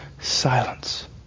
silence